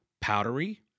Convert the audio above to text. powdery